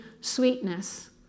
sweetness